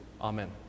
Amen